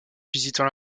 visitant